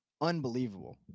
unbelievable